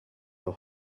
your